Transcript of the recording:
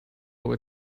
were